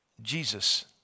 Jesus